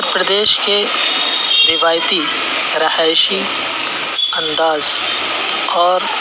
اتر پردیش کے روایتی رہائشی انداز اور